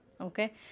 okay